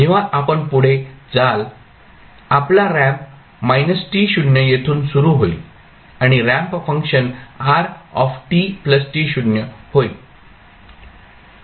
जेव्हा आपण पुढे जाल आपला रॅम्प येथून सुरु होईल आणि रॅम्प फंक्शन होईल